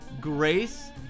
Grace